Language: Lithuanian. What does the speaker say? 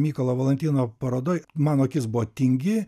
mykolo valantino parodoj mano akis buvo tingi